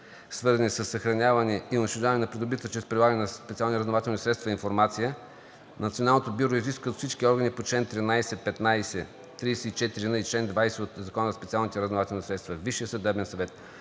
свързани със съхраняване и унищожаване на придобита чрез специални разузнавателни средства информация, Националното бюро изиска от всички органи по чл. 13, 15 и 34н и чл. 20 от Закона за специалните разузнавателни средства Висшият съдебен съвет,